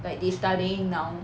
like they studying now